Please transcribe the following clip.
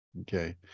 Okay